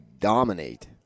dominate